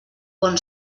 bon